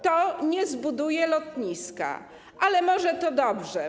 To nie zbuduje lotniska, ale może to dobrze.